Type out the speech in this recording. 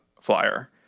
flyer